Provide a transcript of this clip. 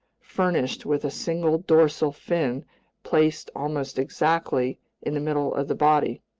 furnished with a single dorsal fin placed almost exactly in the middle of the body.